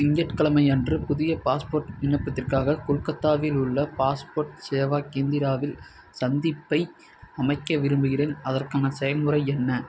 திங்கட்கெழமை அன்று புதிய பாஸ்போர்ட் விண்ணப்பத்திற்காக கொல்கத்தாவில் உள்ள பாஸ்போர்ட் சேவா கேந்திராவில் சந்திப்பை அமைக்க விரும்புகிறேன் அதற்கான செயல்முறை என்ன